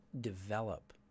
develop